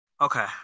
Okay